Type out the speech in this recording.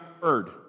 heard